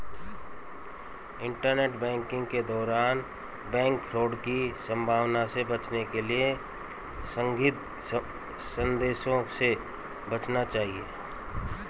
internet banking के दौरान bank fraud की संभावना से बचने के लिए संदिग्ध संदेशों से बचना चाहिए